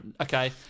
Okay